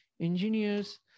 engineers